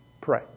Pray